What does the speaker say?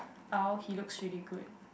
how he looks really good